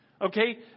Okay